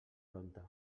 prompte